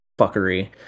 fuckery